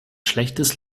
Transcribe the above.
schlechtes